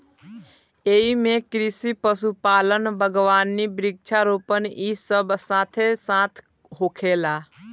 एइमे कृषि, पशुपालन, बगावानी, वृक्षा रोपण इ सब साथे साथ होखेला